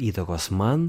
įtakos man